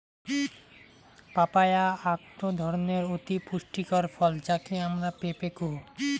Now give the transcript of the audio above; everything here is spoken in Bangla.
পাপায়া আকটো ধরণের অতি পুষ্টিকর ফল যাকে আমরা পেঁপে কুহ